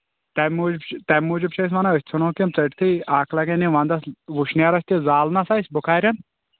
تَمہِ موٗجوٗب چھِ تَمہِ موٗجوٗب چھِ أسۍ وَنان أسۍ ژھُنہوکھ یِم ژَٹۍتھٕے اکھ لگن یِم وَنٛدَس وُشنیرَس تہِ زالنَس اَسہِ بُخاریٚن